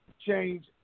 change